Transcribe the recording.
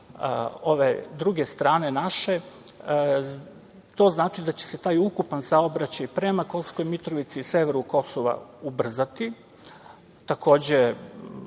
ove druge, naše strane, značilo bi da će se taj ukupan saobraćaj prema Kosovskoj Mitrovici i severu Kosova ubrzati, takođe